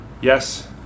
yes